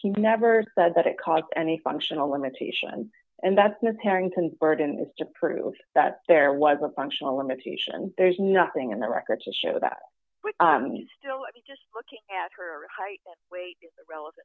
piece never said that it caused any functional limitation and that's miss harrington burden is to prove that there was a functional limitation there's nothing in the record to show that you still would be just looking at her height weight relative